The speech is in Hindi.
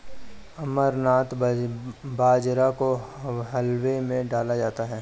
अमरनाथ बाजरा को हलवे में डाला जाता है